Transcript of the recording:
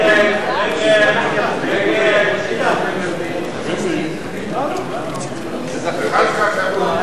ההצעה להסיר מסדר-היום את הצעת חוק לימוד חובה (תיקון,